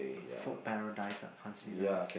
food paradise ah considered as